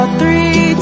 three